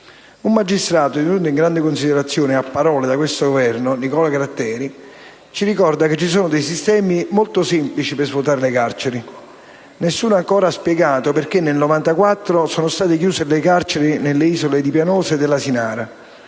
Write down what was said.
Un magistrato tenuto in grande considerazione, a parole, da questo Governo, Nicola Gratteri, ci ricorda che ci sono sistemi molto semplici per svuotare le carceri. Nessuno ancora ha spiegato perché nel 1994 sono state chiuse le carceri nelle isole di Pianosa e dell'Asinara.